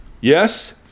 Yes